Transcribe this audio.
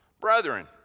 brethren